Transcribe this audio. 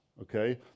Okay